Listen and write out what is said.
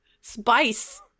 Spice